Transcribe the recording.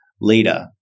leader